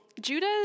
Judah